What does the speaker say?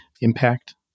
impact